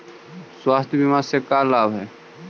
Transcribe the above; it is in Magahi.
स्वास्थ्य बीमा से का लाभ है?